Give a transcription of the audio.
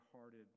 hearted